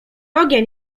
ogień